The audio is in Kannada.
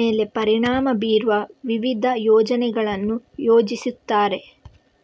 ಮೇಲೆ ಪರಿಣಾಮ ಬೀರುವ ವಿವಿಧ ಯೋಜನೆಗಳನ್ನು ಯೋಜಿಸುತ್ತಾರೆ